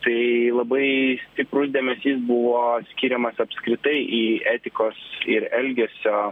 tai labai stiprus dėmesys buvo skiriamas apskritai į etikos ir elgesio